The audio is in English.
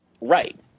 Right